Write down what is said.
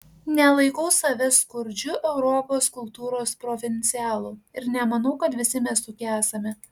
nelaikau savęs skurdžiu europos kultūros provincialu ir nemanau kad visi mes tokie esame